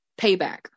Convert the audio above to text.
payback